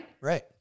right